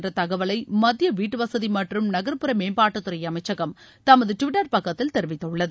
இந்த தகவலை மத்திய வீட்டுவசதி மற்றும் நகர்புற மேம்பாட்டுத்துறை அமைச்சகம் தமது டிவிட்டர் பக்கத்தில் தெரிவித்துள்ளது